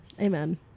Amen